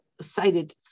cited